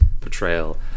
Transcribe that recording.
portrayal